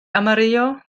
amarillo